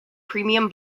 premium